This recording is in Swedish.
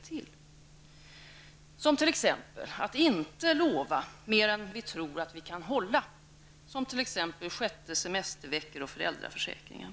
Det gäller att inte lova mer än vi tror att vi kan hålla, t.ex. beträffande den sjätte semesterveckan och föräldraförsäkringen.